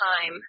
time